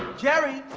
jerry,